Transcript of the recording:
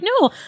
no